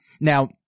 Now